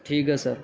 ٹھیک ہے سر